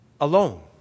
alone